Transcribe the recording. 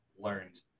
learned